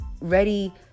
ready